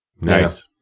Nice